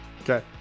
Okay